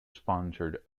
sponsored